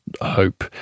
hope